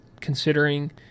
considering